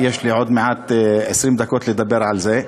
יש לי עוד מעט 20 דקות לדבר על זה,